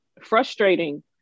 frustrating